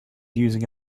using